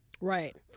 Right